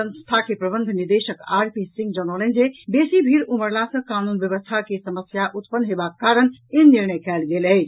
संस्था के प्रबंध निदेशक आर पी सिंह जनौलनि जे बेसी भीड़ उमड़ला सँ कानून व्यवस्था के समस्या उत्पन्न हेबाक कारण ई निर्णय कयल गेल अछि